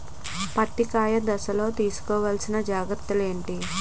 పత్తి కాయ దశ లొ తీసుకోవల్సిన జాగ్రత్తలు ఏంటి?